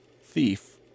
thief